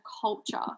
culture